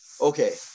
Okay